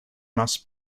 must